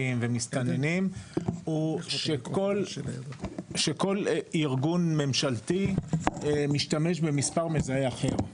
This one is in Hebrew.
ומסתננים הוא שכל ארגון ממשלתי משתמש במספר מזהה אחר.